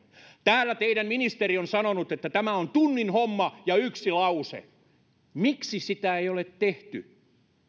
täällä teidän ministerinne on sanonut että tämä on tunnin homma ja yksi lause miksi sitä ei ole tehty